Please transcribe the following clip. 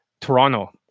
Toronto